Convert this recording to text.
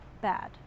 bad